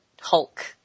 Hulk